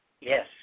Yes